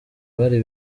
bari